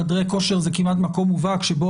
חדרי כושר זה כמעט מקום מובהק שבו